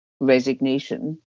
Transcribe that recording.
resignation